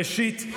ראשית,